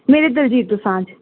ਮੇਰੇ ਦਿਲਜੀਤ ਦੋਸਾਂਝ